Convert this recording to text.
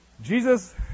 Jesus